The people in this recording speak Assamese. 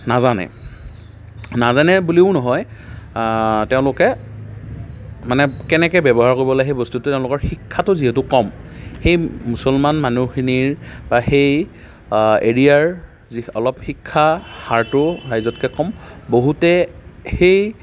নাজানে নাজানে বুলিও নহয় তেওঁলোকে মানে কেনেকৈ ব্যৱহাৰ কৰিব লাগে সেই বস্তুটো মানে শিক্ষাতো যিহেতু কম সেই মুছলমান মানুহখিনিৰ বা সেই এৰিয়াৰ যি অলপ শিক্ষাৰ হাৰতো ৰাইজতকৈ কম বহুতে সেই